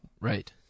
Right